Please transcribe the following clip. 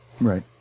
right